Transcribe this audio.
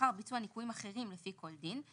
לאחר ביצוע ניכויים אחרים לפי כל דין,